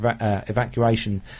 evacuation